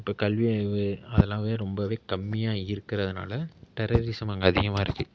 இப்போ கல்வி அறிவு அதெல்லாமே ரொம்பவே கம்மியா இருக்கிறதுனால டெரரிசம் அங்கே அதிகமாக இருக்குது